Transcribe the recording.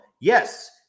yes